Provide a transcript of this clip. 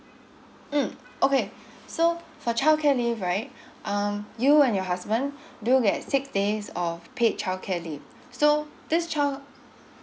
mm okay so for childcare leave right um you and your husband do get six days or paid childcare leave so this child